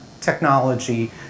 technology